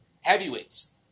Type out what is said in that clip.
heavyweights